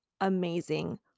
amazing